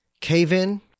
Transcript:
cave-in